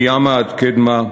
מימה עד קדמה,